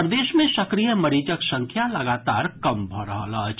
प्रदेश मे सक्रिय मरीजक संख्या लगातार कम भऽ रहल अछि